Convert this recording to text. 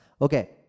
Okay